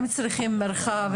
הם צריכים מרחב,